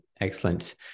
Excellent